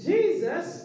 Jesus